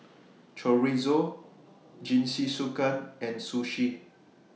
Chorizo Jingisukan and Sushi